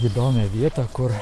įdomią vietą kur